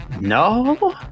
no